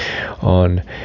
on